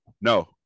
No